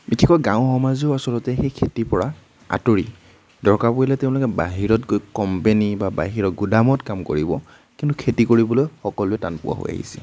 বিশেষকৈ গাঁও সমাজো আচলতে সেই খেতিৰ পৰা আঁতৰি দৰকাৰ পৰিলে তেওঁলোকে বাহিৰত গৈ কম্পেনী বা বাহিৰৰ গুদামত কাম কৰিব কিন্তু খেতি কৰিবলৈ সকলোৱে টান পোৱা হৈ আহিছে